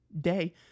day